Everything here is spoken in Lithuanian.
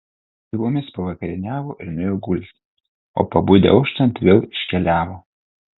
tylomis pavakarieniavo ir nuėjo gulti o pabudę auštant vėl iškeliavo